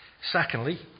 Secondly